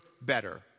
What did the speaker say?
better